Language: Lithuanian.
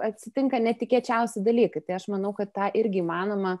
atsitinka netikėčiausi dalykai tai aš manau kad tą irgi įmanoma